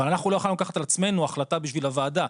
אנחנו לא יכולים לקחת על עצמנו החלטה בשביל הוועדה.